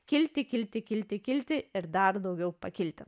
kilti kilti kilti kilti ir dar daugiau pakilti